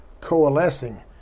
coalescing